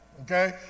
Okay